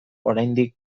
oraindik